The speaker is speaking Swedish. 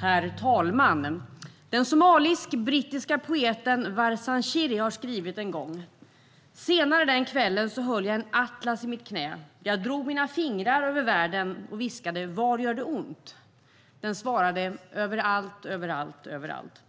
Herr talman! Den somalisk-brittiska poeten Warsan Shie har skrivit: "Senare den kvällen, höll jag en atlas i mitt knä. Jag drog mina fingrar över världen, och viskade: Var gör det ont? Den svarade: Överallt, överallt, överallt."